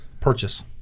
purchase